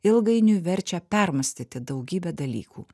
ilgainiui verčia permąstyti daugybę dalykų